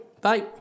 Bye